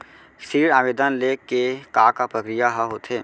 ऋण आवेदन ले के का का प्रक्रिया ह होथे?